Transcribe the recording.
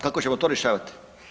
Kako ćemo to rješavati?